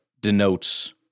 denotes